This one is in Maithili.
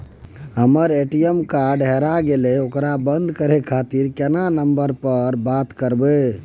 हमर ए.टी.एम कार्ड हेराय गेले ओकरा बंद करे खातिर केना नंबर पर बात करबे?